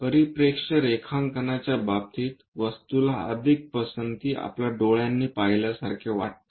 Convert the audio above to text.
परिप्रेक्ष्य रेखांकनाच्या बाबतीत वस्तूला अधिक पसंती आपल्या डोळ्यांनी पाहिल्यासारखे वाटते